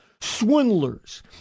swindlers